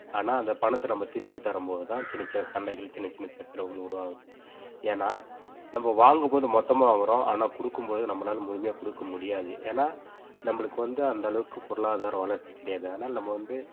ஆனால் அந்த பணத்தை நம்ம திருப்பி தரும்போது தான் சின்ன சின்ன சண்டைகள் சின்ன சின்ன சச்சரவுகள் உருவாகுது ஏன்னால் நம்ம வாங்கும் போது மொத்தமா வாங்கிறோம் ஆனால் கொடுக்கும் பொழுது நம்மளால முழுமையா கொடுக்க முடியாது ஏன்னால் நம்மளுக்கு வந்து அந்தளவுக்கு பொருளாதாரம் வளர்ச்சி கிடையாது அதனால் நம்ம வந்து